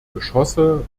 geschosse